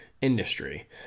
industry